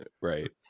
Right